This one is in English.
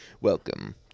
Welcome